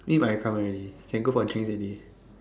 I think can come out already can go for drinks already